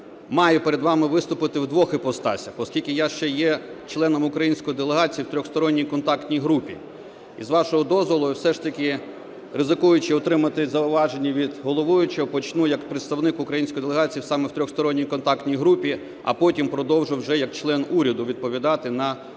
маю перед вами виступити в двох іпостасях, оскільки я ще є членом української делегації в Тристоронній контактній групі. І, з вашого дозволу, я все ж таки, ризикуючи отримати зауваження від головуючого, почну як представник української делегації саме в Тристоронній контактній групі, а потім продовжу вже як член уряду відповідати на поставлені